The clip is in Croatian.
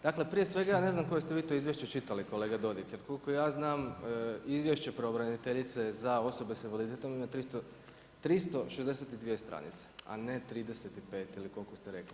Dakle, prije svega ja ne znam koje ste vi to izvješće čitali, kolega Dodig, jer koliko ja znam, izvješće pravobraniteljice za osobe s invaliditetom ima 362 stranice, a ne 35 ili koliko ste rekli.